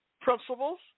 principles